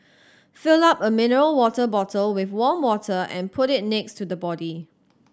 fill up a mineral water bottle with warm water and put it next to the body